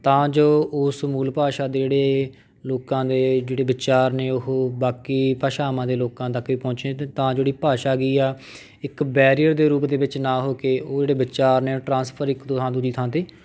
ਤਾਂ ਜੋ ਉਸ ਮੂਲ ਭਾਸ਼ਾ ਦੇ ਜਿਹੜੇ ਲੋਕਾਂ ਦੇ ਜਿਹੜੇ ਵਿਚਾਰ ਨੇ ਉਹ ਬਾਕੀ ਭਾਸ਼ਾਵਾਂ ਦੇ ਲੋਕਾਂ ਤੱਕ ਵੀ ਪਹੁੰਚੇ ਅਤੇ ਤਾਂ ਜਿਹੜੀ ਭਾਸ਼ਾ ਹੈਗੀ ਆ ਇੱਕ ਬੈਰੀਅਰ ਦੇ ਰੂਪ ਦੇ ਵਿੱਚ ਨਾ ਹੋ ਕੇ ਉਹ ਜਿਹੜੇ ਵਿਚਾਰ ਨੇ ਉਹ ਟ੍ਰਾਂਸਫਰ ਇੱਕ ਤੋਂ ਥਾਂ ਦੂਜੀ ਥਾਂ 'ਤੇ